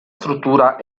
struttura